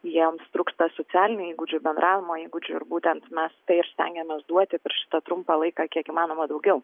jiems trūksta socialinių įgūdžių bendravimo įgūdžių ir būtent mes tai ir stengėmės duoti per šitą trumpą laiką kiek įmanoma daugiau